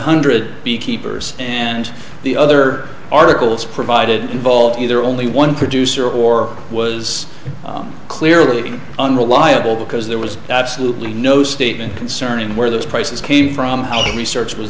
hundred beekeepers and the other articles provided involve either only one producer or was clearly unreliable because there was absolutely no statement concerning where those prices came from all the research was